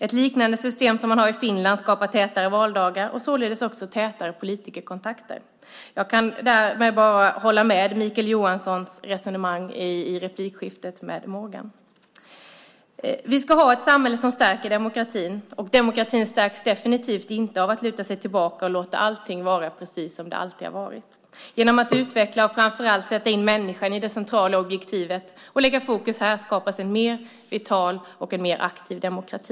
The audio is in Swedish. Ett liknande system som man har i Finland skapar tätare valdagar och således också tätare politikerkontakter. Jag kan bara hålla med i Mikael Johanssons resonemang i replikskiftet med Morgan Johansson. Vi ska ha ett samhälle som stärker demokratin. Demokratin stärks definitivt inte av att man lutar sig tillbaka och låter allting vara precis som det alltid har varit. Genom att utveckla och framför allt sätta människan i det centrala objektivet och lägga fokus här skapas en mer vital och aktiv demokrati.